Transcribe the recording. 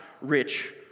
rich